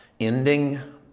ending